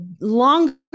longer